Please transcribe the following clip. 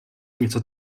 něco